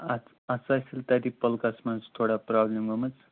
اَتھ اَتھ آسہِ تیٚلہِ تٔتی پُلگَس منٛز تھوڑا پرابلِم گٔمٕژ